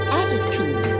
attitude